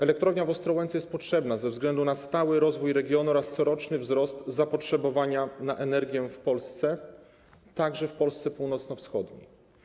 Elektrownia w Ostrołęce jest potrzebna ze względu na stały rozwój regionu oraz coroczny wzrost zapotrzebowania na energię w Polsce, także w Polsce północno-wschodniej.